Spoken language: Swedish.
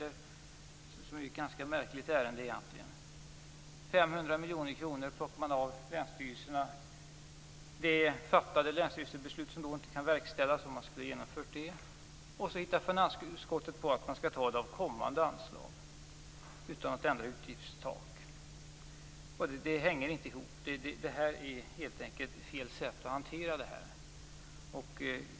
Det är ett ganska märkligt ärende. Man plockar av länsstyrelserna 500 miljoner. Om detta hade genomförts skulle fattade länsstyrelsebeslut inte kunnat verkställas. Finansutskottet hittar då på att man skall ta detta från kommande anslag utan att ändra utgiftstaket. Detta hänger inte ihop. Det är helt enkelt fel sätt att hantera frågan.